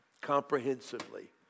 Comprehensively